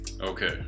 Okay